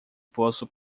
posso